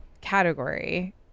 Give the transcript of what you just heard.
category